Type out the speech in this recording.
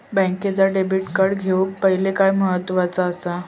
बँकेचा debit card घेउक पाहिले काय महत्वाचा असा?